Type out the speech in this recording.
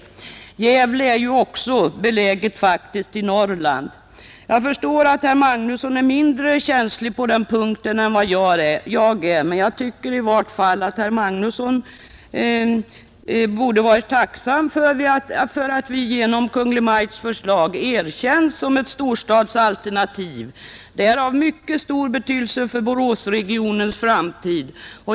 Även Gävle är ju faktiskt beläget i Norrland, Jag förstår att herr Magnusson är mindre känslig på den punkten än vad jag är, men jag tycker i varje fall att herr Magnusson borde vara tacksam för att Borås genom Kungl. Maj:ts förslag erkänns såsom ett storstadsalternativ. Det är av mycket stor betydelse för Boråsregionens framtid.